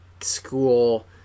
school